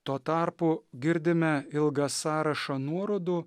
tuo tarpu girdime ilgą sąrašą nuorodų